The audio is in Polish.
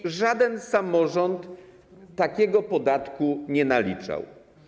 I żaden samorząd takiego podatku nie naliczał.